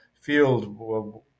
field